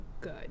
good